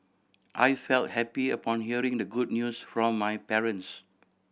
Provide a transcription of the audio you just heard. I felt happy upon hearing the good news from my parents